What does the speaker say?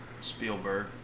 spielberg